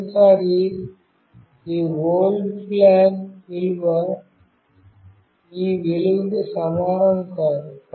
మొదటిసారి ఈ old flag విలువ ఈ విలువకు సమానం కాదు